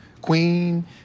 queen